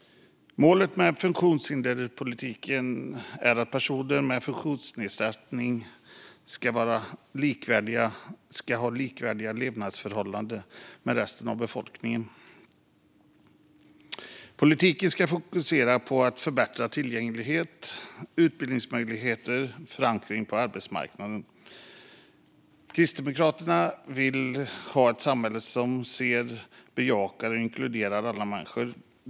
Målet för funktionshinderspolitiken är att personer med funktionsnedsättning ska ha levnadsförhållanden likvärdiga med dem som resten av befolkningen har. Politiken ska fokusera på att förbättra tillgänglighet, utbildningsmöjligheter och förankring på arbetsmarknaden. Kristdemokraterna vill ha ett samhälle som ser, bejakar och inkluderar alla människor.